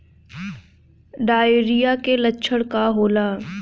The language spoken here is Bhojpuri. डायरिया के लक्षण का होला?